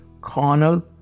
carnal